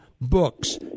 books